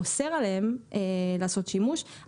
אוסר עליהם לעשות שימוש בתחבורה ציבורית,